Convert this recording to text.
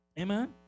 Amen